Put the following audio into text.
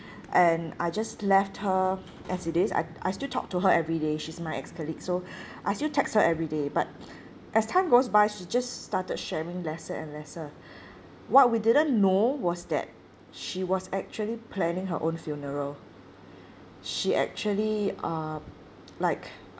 and I just left her as it is I I still talk to her every day she's my ex colleague so I still text her everyday but as time goes by she just started sharing lesser and lesser what we didn't know was that she was actually planning her own funeral she actually uh like